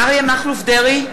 אריה מכלוף דרעי,